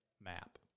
map